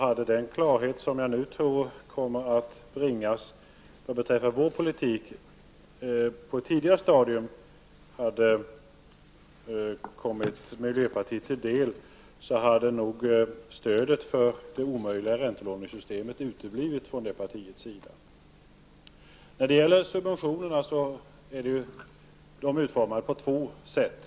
Om den klarhet som jag tror nu kommer att bringas beträffande vår politik på ett tidigare stadium hade kommit miljöpartiet till del hade nog stödet för det omöjliga räntelånesystemet uteblivit från miljöpartiet. Subventionerna är utformade på två sätt.